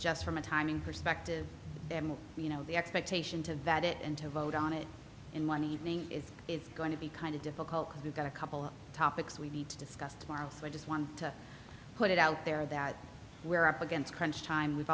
just from a timing perspective you know the expectation to that it and to vote on it in one evening is it's going to be kind of difficult you've got a couple of topics we need to discuss tomorrow so i just want to put it out there that we're up against crunch time we've